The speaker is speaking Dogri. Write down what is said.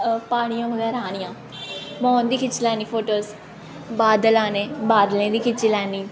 प्हाड़ियां बगैरा आनियां में उं'दी खिच्ची लैनी फोटोज बादल आने बादलें दी खिच्ची लैनी